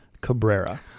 Cabrera